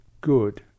good